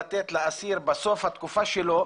לתת לאסיר בסוף התקופה שלו,